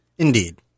Indeed